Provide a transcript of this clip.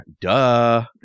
Duh